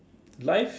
life